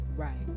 Right